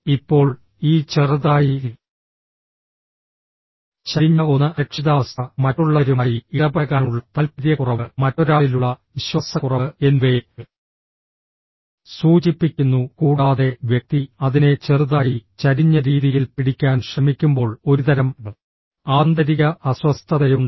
ഇപ്പോൾ ഈ ചെറുതായി ചരിഞ്ഞ ഒന്ന് അരക്ഷിതാവസ്ഥ മറ്റുള്ളവരുമായി ഇടപഴകാനുള്ള താൽപ്പര്യക്കുറവ് മറ്റൊരാളിലുള്ള വിശ്വാസക്കുറവ് എന്നിവയെ സൂചിപ്പിക്കുന്നു കൂടാതെ വ്യക്തി അതിനെ ചെറുതായി ചരിഞ്ഞ രീതിയിൽ പിടിക്കാൻ ശ്രമിക്കുമ്പോൾ ഒരുതരം ആന്തരിക അസ്വസ്ഥതയുണ്ട്